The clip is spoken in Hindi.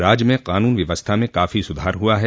राज्य में कानून व्यवस्था में काफी सुधार हुआ है